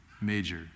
major